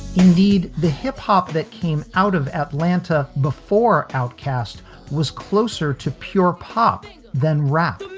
indeed, the hip hop that came out of atlanta before outcast was closer to pure pop than rap.